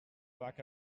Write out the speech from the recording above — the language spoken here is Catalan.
vaca